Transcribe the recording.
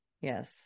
Yes